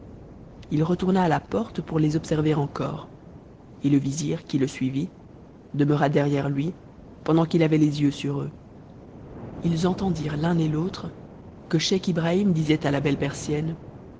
ici retourna à la porte pour les observer encore et le vizir qui le suivit demeura derrière lui pendant qu'il avait les yeux sur eux ils entendirent l'un et l'autre que scheich ibrahim disait à la belle persienne